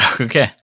Okay